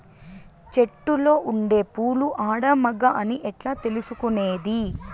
చెట్టులో ఉండే పూలు ఆడ, మగ అని ఎట్లా తెలుసుకునేది?